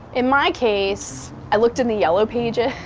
in my case, i looked in the yellow pages.